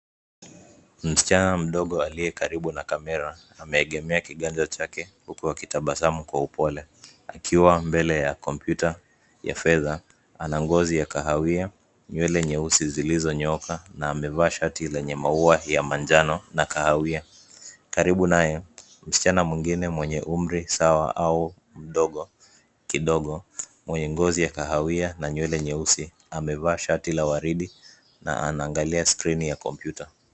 Msichana mdogo aliye karibu na kamera ameegemea kiganja chake huku akitabasamu polepole akiwa mbele ya kompyuta ya fedha. Ana ngozi ya kahawia, nywele nyeusi zilizonyooka na amevaa shati lenye maua ya manjano na kahawia. Karibu naye, msichana mwingine mwenye umri sawa au mdogo kidogo, mwenye ngozi ya kahawia na nywele nyeusi amevaa shati la waridi na anaangalia skrini ya kompyuta.